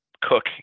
cook